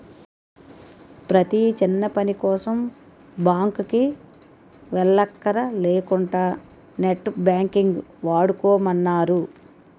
ప్రతీ చిన్నపనికోసం బాంకుకి వెల్లక్కర లేకుంటా నెట్ బాంకింగ్ వాడుకోమన్నారు